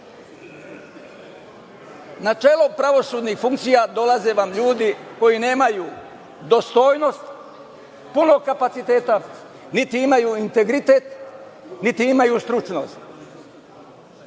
čelo pravosudnih funkcija dolaze vam ljudi koji nemaju dostojnost, puno kapaciteta, niti imaju integritet, niti imaju stručnost.